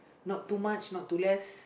not too much not too less